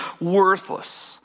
worthless